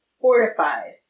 fortified